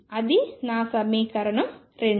అది నా సమీకరణం 2